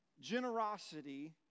generosity